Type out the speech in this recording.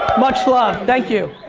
much love. thank you,